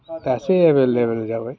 दासो एभैलेबोल जाबाय